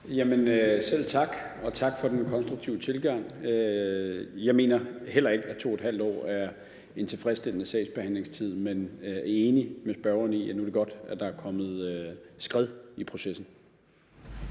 Selv tak. Og tak for den konstruktive tilgang. Jeg mener heller ikke, at 2½ år er en tilfredsstillende sagsbehandlingstid, men jeg er enig med spørgeren i, at det er godt, at der nu er kommet skred i processen.